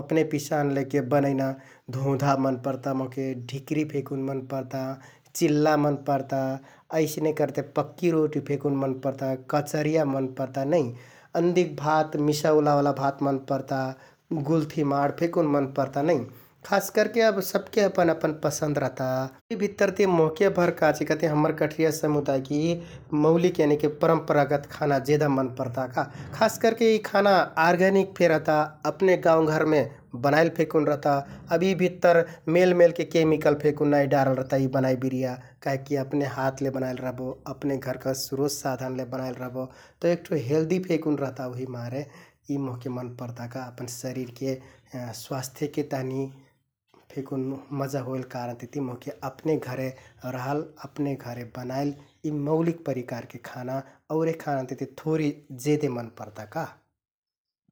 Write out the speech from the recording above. अपने पिसान लैके बनैना धोंधा मन परता मोहके, ढिक्रि फेकुन मन परता, चिल्ला मन परता । अइसने करके पक्कि रोटि फेकुन मन परता, कचरिया मन परता नै, अन्दिक भात, मिसौला ओला भात मन परता, गुल्थि माड फेकुन मन परता नै । खास करके अब सबके अपन अपन पसन्द रहता उहि भित्तर ति मोहकेभर काचिकहतियाँ हम्मर कठरिया समुदायके यि मौलिक यानिकि परम्परागत खाना जेदा मन परता का । खास करके यि खाना आर्गानिक फे रहता, अपने गाउँघरमे बनाइल फेकुन रहता । अब यि भित्तर मेलमेलके केमिकल फेकुन नाइ डारल रहता यि बनाइ बिरिया काहिककि अपने हाथ ले बनाइल रहबो, अपने घरका स्रोत साधानले बनाइल रहबो । तौ एक ठो हेल्दि फेकुन रहता उहिमारे यि मोहके मन परता का । अपन शरिरके स्वास्थ्यके तहनि फेकुन मजा होइल कारण तिति मोहके अपने घरे रहल, अपने घरे बनाइल यि मौलिक परिकारके खाना औरे खाना तिति थोरि जेदे मन परता का ।